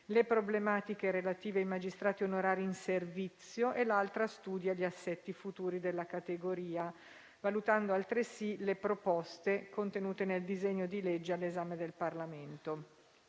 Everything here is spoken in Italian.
le problematiche relative ai magistrati onorari in servizio e l'altra studia gli assetti futuri della categoria, valutando altresì le proposte contenute nel disegno di legge all'esame del Parlamento.